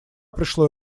пришло